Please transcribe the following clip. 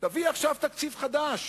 תביא עכשיו תקציב חדש